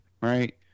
right